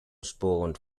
spawned